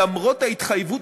למרות ההתחייבות,